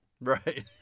right